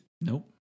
Nope